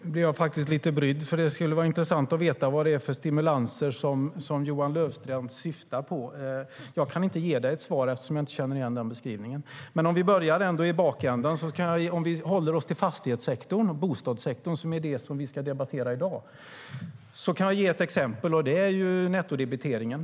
Fru talman! Nu blir jag faktiskt lite brydd. Det skulle vara intressant att höra vad det är för stimulanser som Johan Löfstrand syftar på. Jag kan inte ge ett svar eftersom jag inte känner igen den beskrivningen. Om vi börjar bakifrån och håller oss till fastighetssektorn och bostadssektorn, som är det som vi ska debattera i dag, kan jag ge ett exempel, och det är nettodebiteringen.